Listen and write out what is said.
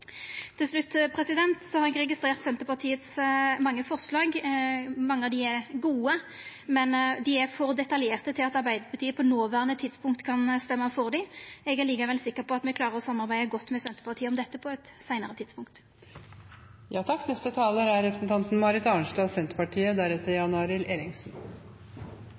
Til slutt: Eg har registrert dei mange forslaga frå Senterpartiet. Mange av dei er gode, men dei er for detaljerte til at Arbeidarpartiet på det noverande tidspunktet kan stemma for dei. Eg er likevel sikker på at me klarar å samarbeida godt med Senterpartiet om dette på eit seinare